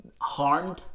harmed